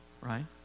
right